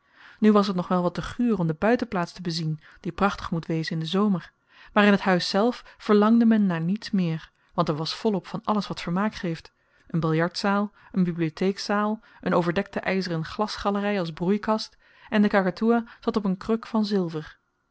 nu was t nog wel wat te guur om de buitenplaats te bezien die prachtig moet wezen in den zomer maar in t huis zelf verlangde men naar niets meer want er was vol-op van alles wat vermaak geeft een billardzaal een bibliotheekzaal een overdekte yzeren glasgalery als broeikast en de kakatoea zat op een kruk van zilver